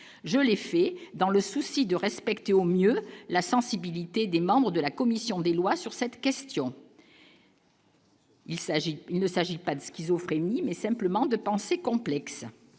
je les fais dans le souci de respecter au mieux la sensibilité des membres de la commission des lois, sur cette question. Il s'agit, il ne s'agit pas de schizophrénie, mais simplement de pensée complexe